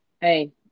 Hey